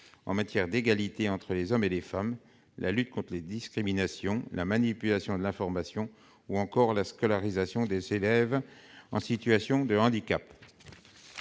en matière d'égalité entre les hommes et les femmes, de lutte contre les discriminations, de manipulation de l'information, ou encore de scolarisation des élèves en situation de handicap.